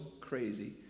crazy